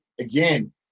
again